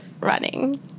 running